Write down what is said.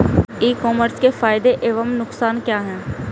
ई commerce के फायदे एवं नुकसान क्या हैं?